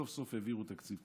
סוף-סוף העבירו תקציב.